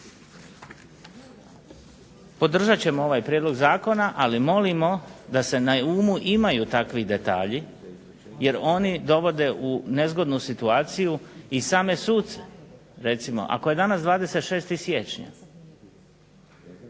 Podržat ćemo ovaj prijedlog zakona, ali molimo da se na umu imaju takvi detalji jer oni dovode u nezgodnu situaciju i same suce. Recimo, ako je danas 26. siječnja